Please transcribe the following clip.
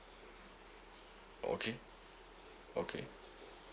okay okay